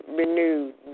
renewed